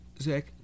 Zach